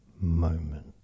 moment